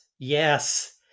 Yes